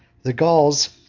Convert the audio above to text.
the gauls,